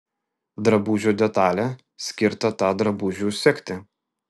drabužio detalė skirta tą drabužį užsegti